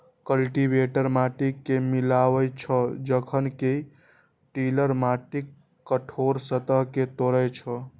cultivator माटि कें मिलाबै छै, जखन कि टिलर माटिक कठोर सतह कें तोड़ै छै